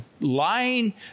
Lying